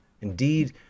Indeed